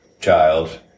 child